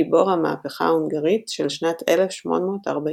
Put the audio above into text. גיבור המהפכה ההונגרית של שנת 1848.